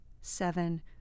seven